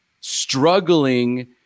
struggling